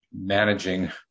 managing